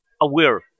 aware